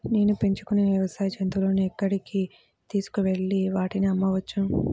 నేను పెంచుకొనే వ్యవసాయ జంతువులను ఎక్కడికి తీసుకొనివెళ్ళి వాటిని అమ్మవచ్చు?